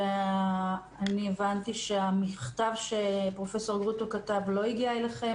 ואני הבנתי שהמכתב שהפרופ' גרוטו כתב לא הגיע אליכם,